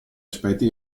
aspetti